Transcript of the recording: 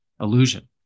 illusion